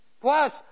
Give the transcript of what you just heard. Plus